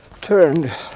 turned